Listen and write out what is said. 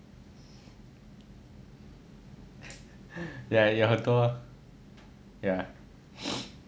ya ya ya